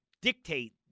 dictate